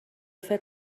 فکر